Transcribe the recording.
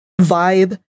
vibe